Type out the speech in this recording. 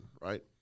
right